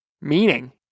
Meaning